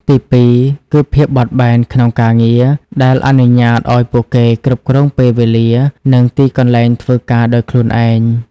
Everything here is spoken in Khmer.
ទីពីរ គឺ ភាពបត់បែនក្នុងការងារ ដែលអនុញ្ញាតឱ្យពួកគេគ្រប់គ្រងពេលវេលា និងទីកន្លែងធ្វើការដោយខ្លួនឯង។